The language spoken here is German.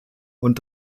und